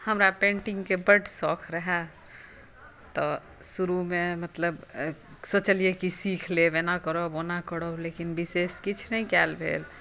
हमरा पेंटिंगकेँ बड्ड शौख रहए तऽ शुरूमे मतलब सोचलियै कि सीख लेब एना करब ओना करब लेकिन विशेष किछु नहि कयल भेल